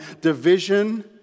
division